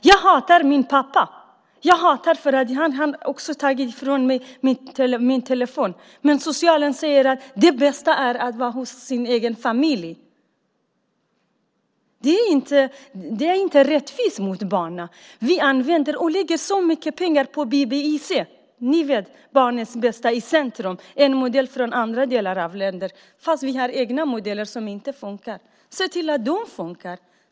Jag hatar min pappa, för han har också tagit ifrån mig min telefon! Men socialen säger att det bästa är att vara hos sin egen familj. Det är inte rättvist mot barnen. Vi lägger så mycket pengar på BBIC, Barns behov i centrum, som är en modell från andra länder fast vi har egna modeller som inte fungerar. Se till att de fungerar!